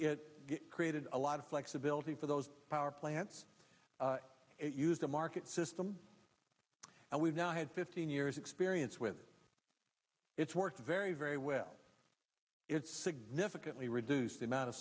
it created a lot of flexibility for those power plants it used the market system and we've now had fifteen years experience with its work very very well it's significantly reduced the amount of